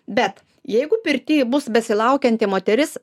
bet jeigu pirty bus besilaukianti moteris